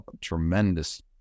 tremendous